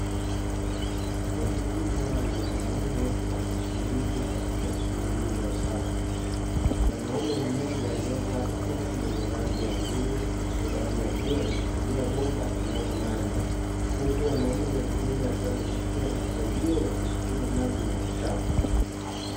Kundi kubwa la wanaume wakishiriki katika shughuli za usafi, mwanaume mmoja aliyevaa koti la bluu na suruali ya bluu ameshikilia bomba na kumwaga maji, huku wanaume wengine wakiwa wameshika mafagio wakisukuma maji na uchafu.